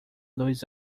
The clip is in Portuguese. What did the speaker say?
dois